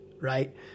right